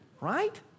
right